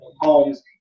homes